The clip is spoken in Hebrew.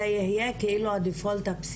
כי זאת תהיה ברירת המחדל,